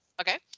okay